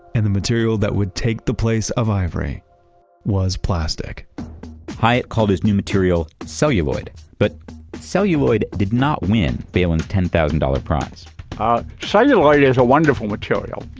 and the material that would take the place of ivory was plastic hyatt called his new material celluloid but celluloid did not win phelan's ten thousand dollars prize celluloid is a wonderful material.